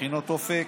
מכינות אופק,